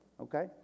Okay